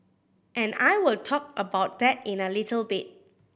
and I will talk about that in a little bit